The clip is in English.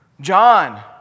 John